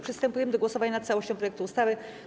Przystępujemy do głosowania nad całością projektu ustawy.